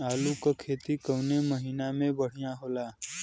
आलू क खेती कवने महीना में बढ़ियां होला?